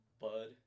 bud